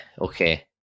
okay